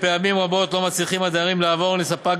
פעמים רבות לא מצליחים הדיירים לעבור לספק